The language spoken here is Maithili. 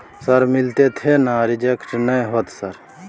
सर मिलते थे ना रिजेक्ट नय होतय सर?